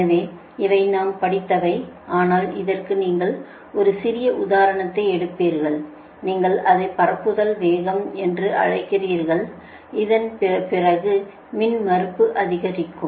எனவே இவை நாம் படித்தவை ஆனால் இதற்கு நீங்கள் ஒரு சிறிய உதாரணத்தை எடுப்பீர்கள் நீங்கள் அதை பரப்புதல் வேகம் என்று அழைக்கிறீர்கள் அதன் பிறகு மின்மறுப்பு அதிகரிக்கும்